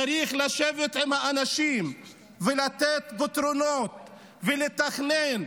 צריך לשבת עם האנשים ולתת פתרונות ולתכנן.